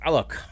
look